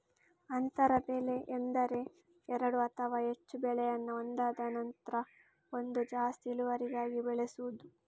ಅಂತರ ಬೆಳೆ ಎಂದರೆ ಎರಡು ಅಥವಾ ಹೆಚ್ಚು ಬೆಳೆಯನ್ನ ಒಂದಾದ ನಂತ್ರ ಒಂದು ಜಾಸ್ತಿ ಇಳುವರಿಗಾಗಿ ಬೆಳೆಸುದು